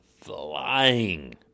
flying